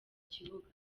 kibuga